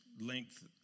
length